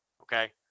Okay